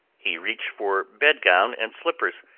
he reached for bedgown and slippers,